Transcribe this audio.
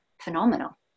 phenomenal